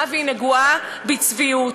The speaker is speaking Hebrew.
והיא נגועה בצביעות.